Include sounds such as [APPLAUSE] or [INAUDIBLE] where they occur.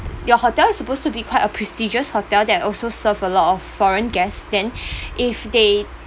your hotel is supposed to be quite a prestigious hotel that also serve a lot of foreign guests then [BREATH] if they